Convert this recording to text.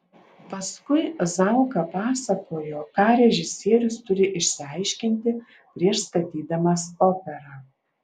paskui zauka pasakojo ką režisierius turi išsiaiškinti prieš statydamas operą